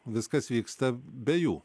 viskas vyksta be jų